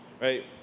Right